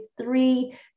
three